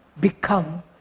become